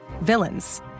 villains